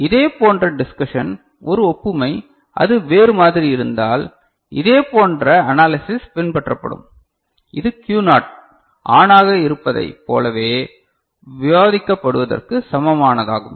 இதேபோன்ற டிஸ்கஷன் ஒரு ஒப்புமை அது வேறு மாதிரி இருந்தால் இதேபோன்ற அனாலிஸிஸ் பின்பற்றப்படும் இது Q னாட் ஆனாக இருப்பதைப் போலவே விவாதிக்கப்படுவதற்கு சமமானதாகும்